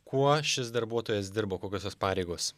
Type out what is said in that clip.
kuo šis darbuotojas dirba kokios jos pareigos